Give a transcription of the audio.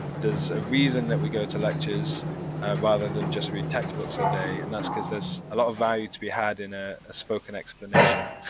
there's a reason that we go to lectures rather than just read textbooks all so day and that's cause there's a lot of value to be had in ah a spoken explanation